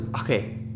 okay